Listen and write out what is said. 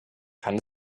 kann